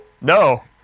no